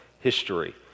history